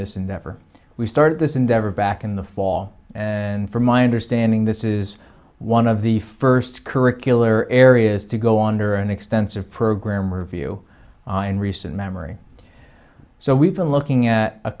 endeavor we started this endeavor back in the fall and from my understanding this is one of the first curricular areas to go under an extensive program review in recent memory so we've been looking at a